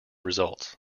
results